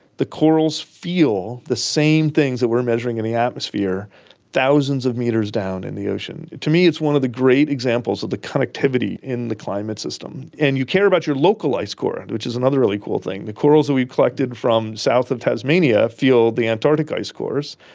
the corals feel the same things that we are measuring in the atmosphere thousands of metres down in the ocean. to me it's one of the great examples of the connectivity in the climate system. and you care about your local ice core, and which is another really cool thing. the corals that we collected from south of tasmania feel the antarctic ice cores,